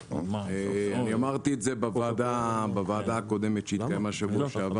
אני אמרתי את זה בוועדה הקודמת שהתקיימה בשבוע שעבר